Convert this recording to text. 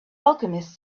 alchemist